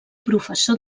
professor